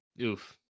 Oof